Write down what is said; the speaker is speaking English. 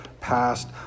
passed